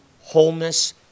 wholeness